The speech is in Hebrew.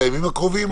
בימים הקרובים?